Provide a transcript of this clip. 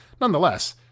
nonetheless